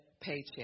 paycheck